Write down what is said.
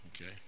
Okay